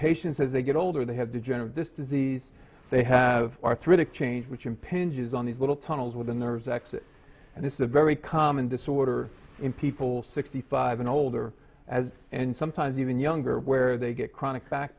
patients as they get older they have to generate this disease they have arthritic change which impinges on these little tunnels within those acts and it's a very common disorder in people sixty five and older as and sometimes even younger where they get chronic back